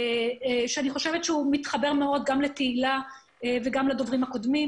שמתחבר מאוד לתהילה ולדוברים הקודמים.